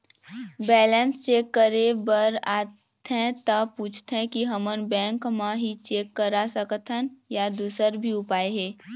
Balance check करे बर आथे ता पूछथें की हमन बैंक मा ही चेक करा सकथन या दुसर भी उपाय हे?